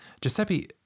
giuseppe